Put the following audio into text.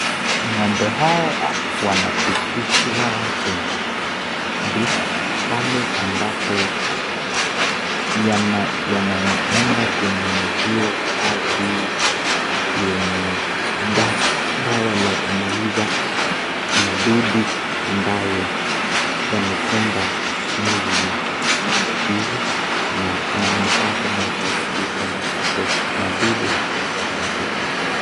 Ngombe hawa, wanapitishwa kwenye,(cs)dip(cs), pale ambapo yana, yanaenda kunyunyiziwa maji yenye da, dawa ya kumaliza, madudu, ambayo, yamekumba mwili za ngombe hawa, na ina manufaa tena zaidi pale ambapo, madudu hawa watakufa.